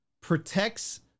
protects